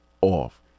off